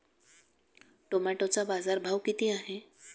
टोमॅटोचा बाजारभाव किती आहे?